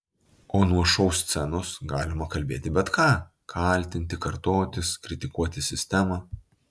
o nuo šou scenos galima kalbėti bet ką kaltinti kartotis kritikuoti sistemą